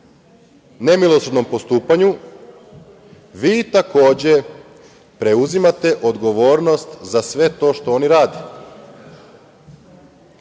nemilosrdnom postupanju, vi takođe preuzimate odgovornost za sve to što oni rade.